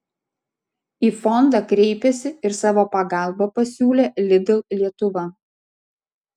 į fondą kreipėsi ir savo pagalbą pasiūlė lidl lietuva